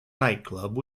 nightclub